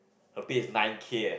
her pay is nine K eh